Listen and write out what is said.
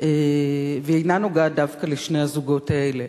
והיא אינה נוגעת דווקא לשני הזוגות האלה.